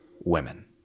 women